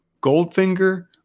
Goldfinger